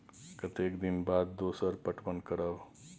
कतेक दिन के बाद दोसर पटवन करब?